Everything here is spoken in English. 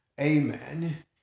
Amen